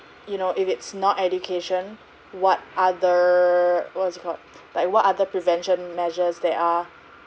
you know if it's not education what other what is it called like what other prevention measures there are